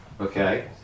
okay